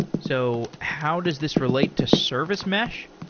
so how does this relate to service mesh?